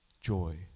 joy